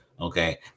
Okay